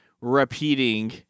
repeating